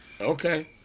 Okay